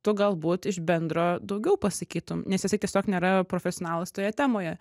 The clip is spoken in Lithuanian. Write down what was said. tu galbūt iš bendro daugiau pasakytum nes jisai tiesiog nėra profesionalas toje temoje